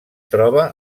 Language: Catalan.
troba